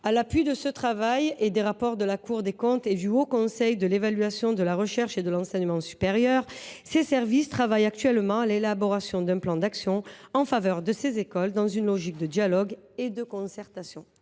À la suite de ce travail et des rapports de la Cour des comptes et du Haut Conseil de l’évaluation de la recherche et de l’enseignement supérieur (Hcéres), les services du ministère de la culture travaillent actuellement à l’élaboration d’un plan d’action en faveur de ces écoles, dans une logique de dialogue et de concertation.